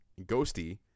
ghosty